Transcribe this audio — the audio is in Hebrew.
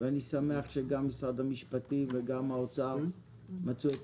אני שמח שגם משרד המשפטים וגם האוצר מצאו את